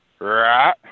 Right